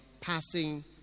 passing